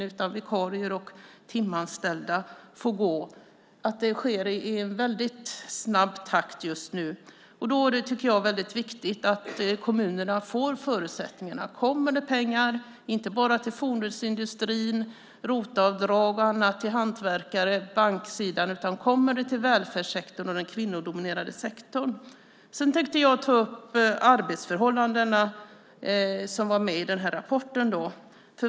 Det är vikarier och timanställda som får gå. Det sker i en väldigt snabb takt just nu. Då är det, tycker jag, väldigt viktigt att kommunerna får förutsättningarna. Kommer det pengar, inte bara till fordonsindustrin, ROT-avdrag och annat till hantverkare och pengar till banksidan, utan kommer det till välfärdssektorn och den kvinnodominerade sektorn? Jag tänkte ta upp arbetsförhållandena som var med i den här rapporten.